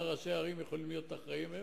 ראשי ערים יכולים להיות אחראים להם.